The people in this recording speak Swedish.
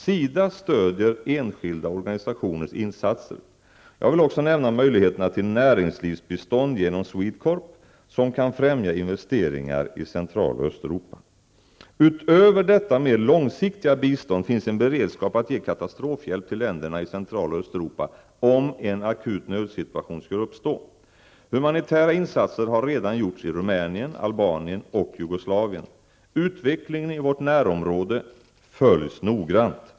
SIDA stödjer enskilda organisationers insatser. Jag vill också nämna möjligheterna till näringslivsbistånd genom SWEDECORP, som kan främja investeringar i Utöver detta mer långsiktiga bistånd finns det en beredskap för att ge katastrofhjälp till länderna i Central och Östeuropa om en akut nödsituation skulle uppstå. Humanitära insatser har redan gjorts i Rumänien, Albanien och Jugoslavien. Utvecklingen i vårt närområde följs noggrant.